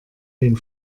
den